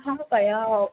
हाबायाव